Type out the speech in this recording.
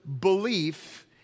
belief